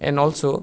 and also